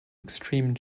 extreme